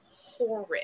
horrid